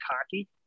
cocky